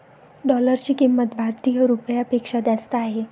डॉलरची किंमत भारतीय रुपयापेक्षा जास्त आहे